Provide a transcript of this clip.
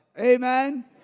Amen